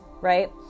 right